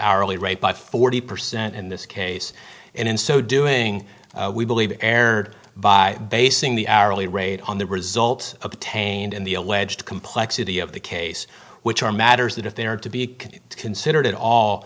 hourly rate by forty percent in this case and in so doing we believe erred by basing the hourly rate on the result obtained in the alleged complexity of the case which are matters that if they are to be considered at all